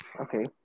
Okay